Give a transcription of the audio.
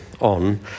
on